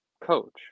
coach